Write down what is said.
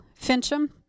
Fincham